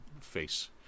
face